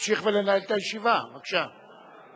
התשע"ב